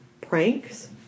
Pranks